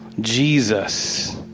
Jesus